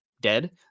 dead